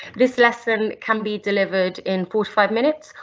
this lesson can be delivered in forty five minutes,